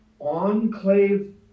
enclave